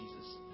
Jesus